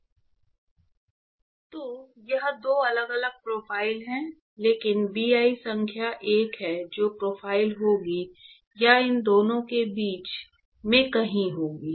तो यह दो अलग अलग प्रोफ़ाइल है लेकिन Bi संख्या एक है जो प्रोफ़ाइल होगी यह इन दोनों के बीच में कहीं होगी